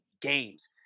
games